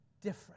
different